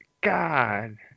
God